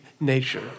nature